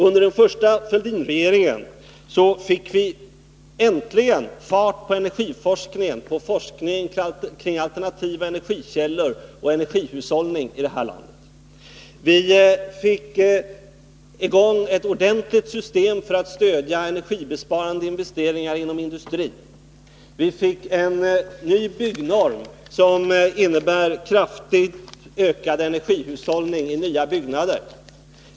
Under den första Fälldinregeringen fick vi äntligen fart på forskning kring alternativa energikällor och energihushållning i det här landet. Vi fick i gång Nr 32 ett ordentligt system för att stödja energibesparande investeringar inom Måndagen den industrin. Vi fick en ny byggnorm, som innebär kraftigt ökad energihushåll 24 november 1980 ning för nya byggnader.